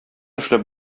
эшләп